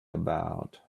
about